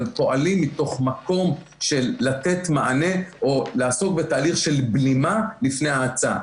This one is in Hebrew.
אבל פועלים מתוך מקום של לתת מענה או לעסוק בתהליך של בלימה לפני האצה.